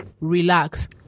Relax